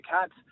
Cats